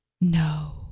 No